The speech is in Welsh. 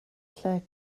lle